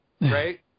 right